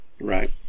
Right